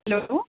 hello